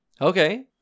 Okay